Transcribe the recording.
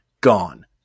gone